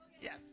Yes